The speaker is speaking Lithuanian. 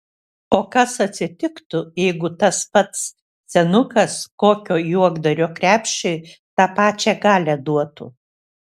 o kas atsitiktų jeigu tas pats senukas kokio juokdario krepšiui tą pačią galią duotų